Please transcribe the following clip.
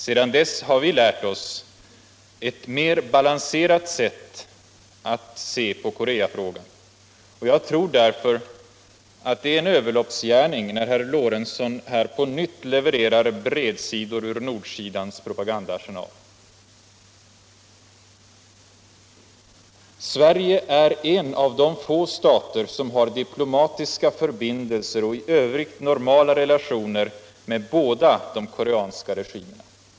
Sedan dess har vi lärt oss ett mer balanserat sätt att se på Koreafrågan, och jag tror därför att det är en överloppsgärning när herr Lorentzon här på nytt levererar bredsidor ur nordsidans propagandaarsenal. Sverige är en av de få stater som har diplomatiska förbindelser och i övrigt normala relationer med båda de koreanska regimerna.